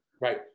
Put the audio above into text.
Right